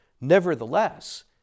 nevertheless